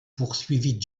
poursuivit